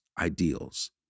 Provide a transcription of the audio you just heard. ideals